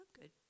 good